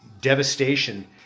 devastation